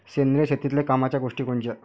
सेंद्रिय शेतीतले कामाच्या गोष्टी कोनच्या?